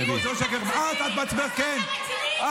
זה מה --- תגיד לי, אתה רציני --- את,